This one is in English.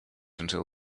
until